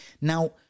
Now